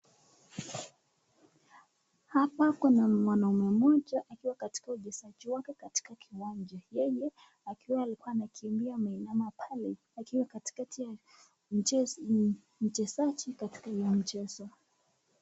Hapa kuna mwanaume mmoja akiwa katika uchezaji wake katika kiwanja, yeye akiwa alikuwa anakimbia ameinama pale akiwa katikati ya mchezaji katika ya mchezo.